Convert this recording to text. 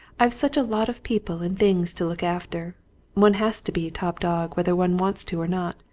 i've such a lot of people and things to look after one has to be top dog, whether one wants to or not.